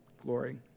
Glory